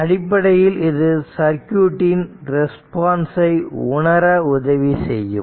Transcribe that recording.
அடிப்படையில் இது சர்க்யூட் இன் ரெஸ்பான்ஸை உணர உதவி செய்யும்